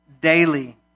daily